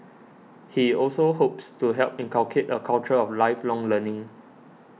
he also hopes to help inculcate a culture of lifelong learning